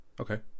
okay